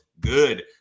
good